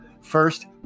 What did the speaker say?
First